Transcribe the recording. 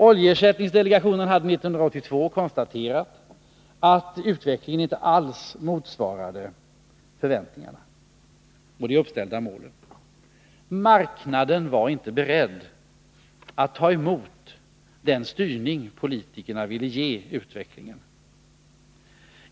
Oljeersättningsdelegationen hade 1982 konstaterat, att utvecklingen inte alls motsvarade förväntningarna och de uppställda målen. Marknaden var inte beredd att ta emot den styrning som politikerna ville ge utvecklingen.